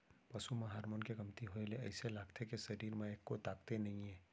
पसू म हारमोन के कमती होए ले अइसे लागथे के सरीर म एक्को ताकते नइये